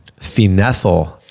phenethyl